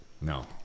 No